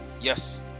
Yes